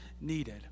needed